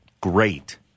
great